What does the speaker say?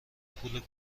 پول